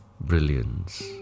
brilliance